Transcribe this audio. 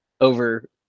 over